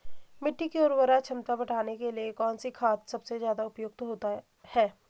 मिट्टी की उर्वरा क्षमता बढ़ाने के लिए कौन सी खाद सबसे ज़्यादा उपयुक्त है?